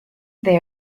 they